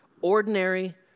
ordinary